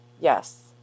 yes